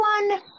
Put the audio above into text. one